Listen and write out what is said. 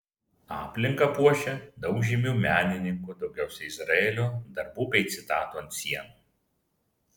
aplinką puošia daug žymių menininkų daugiausiai izraelio darbų bei citatų ant sienų